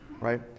Right